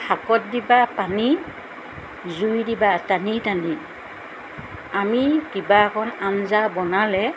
শাকত দিবা পানী জুই দিবা টানি টানি আমি কিবা অকণ আঞ্জা বনালে